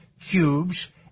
cubes